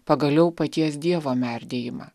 pagaliau paties dievo merdėjimą